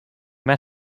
met